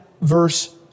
verse